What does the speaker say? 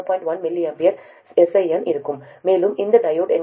1 mA sin ωt இருக்கும் மேலும் இந்த டையோடு எங்களிடம் உள்ளது 0